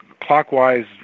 clockwise